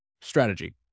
strategy